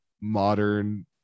modern